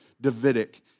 Davidic